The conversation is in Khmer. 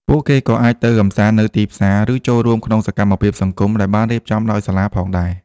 ពួកគេក៏អាចទៅកម្សាន្តនៅទីផ្សារ ឬចូលរួមក្នុងសកម្មភាពសង្គមដែលបានរៀបចំដោយសាលាផងដែរ។